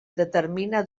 determina